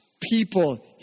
people